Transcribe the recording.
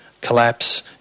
collapse